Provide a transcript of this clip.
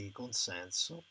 consenso